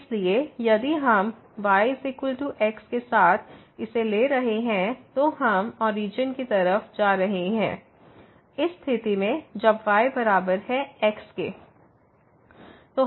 इसलिए यदि हम y x के साथ इसे ले रहे हैं तो हम ओरिजन की तरफ जा रहे हैं इस स्थिति में जब y बराबर x है